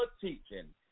teaching